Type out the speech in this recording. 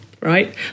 right